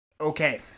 Okay